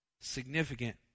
significant